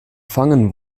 fangen